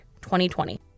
2020